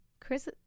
Chris